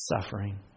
suffering